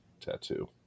tattoo